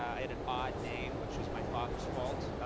i had an odd name, which is my father's fault,